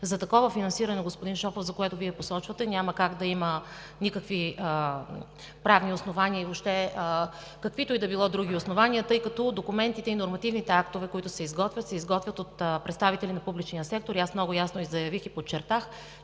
За такова финансиране, господин Шопов, което Вие посочвате, няма как да има никакви правни основания и въобще каквито и да било други основания, тъй като документите и нормативните актове се изготвят от представители на публичния сектор. Много ясно заявих и подчертах,